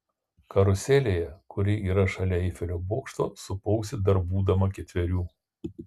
karuselėje kuri yra šalia eifelio bokšto supausi dar būdama ketverių